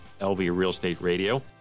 lvrealestateradio